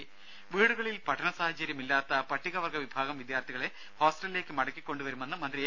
ദ്ദേ വീടുകളിൽ പഠന സാഹചര്യം ഇല്ലാത്ത പട്ടികവർഗ്ഗ വിഭാഗം വിദ്യാർത്ഥികളെ ഹോസ്റ്റലിലേക്ക് മടക്കി കൊണ്ടുവരുമെന്ന് മന്ത്രി എ